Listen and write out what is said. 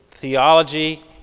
theology